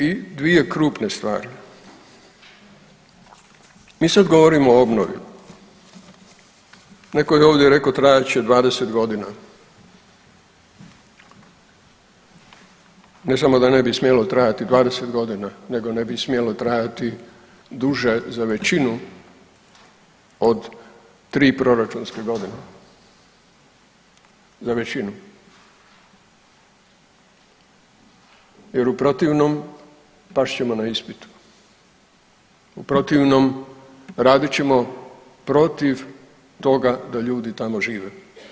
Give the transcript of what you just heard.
I dvije krupne stvari, mi sad govorimo o obnovi, netko je ovdje rekao trajat će 20.g., ne samo da ne bi smjelo trajati 20.g., nego ne bi smjelo trajati duže za većinu od 3 proračunske godine, za većinu jer u protivnom past ćemo na ispitu, u protivnom radit ćemo protiv toga da ljudi tamo žive.